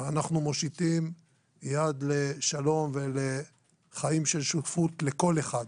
אנחנו מושיטים יד לשלום ולחיים של שותפות לכל אחד.